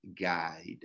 guide